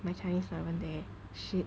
my chinese not even there shit